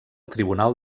tribunal